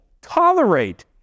tolerate